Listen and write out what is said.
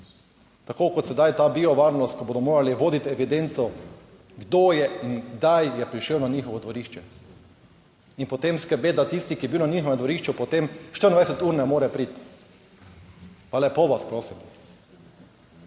Tako kot sedaj ta biovarnost, ko bodo morali voditi evidenco, kdo je in kdaj je prišel na njihovo dvorišče in potem skrbeti, da tisti, ki je bil na njihovem dvorišču, potem 24 ur ne more priti. Pa lepo vas prosim.